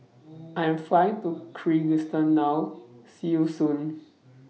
I Am Flying to Kyrgyzstan now See YOU Soon